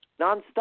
nonstop